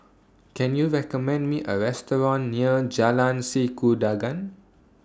Can YOU recommend Me A Restaurant near Jalan Sikudangan